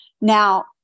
Now